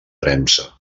premsa